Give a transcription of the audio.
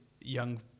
young